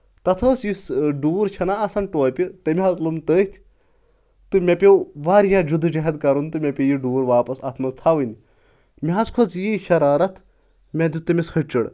تتھ اوس یُس ڈوٗر چھےٚ نہ آسان ٹوپہِ تٔمۍ حظ لوٚم تٔتھۍ تہٕ مےٚ پیٚو واریاہ جٔدوٗجہد کرُن تہٕ مےٚ پیٚیہِ یہِ ڈوٗر واپس اتھ منٛز تھاوٕنۍ مےٚ حظ کھٔژ یہِ شرارت مےٚ دیُت تٔمِس ۂچُڑ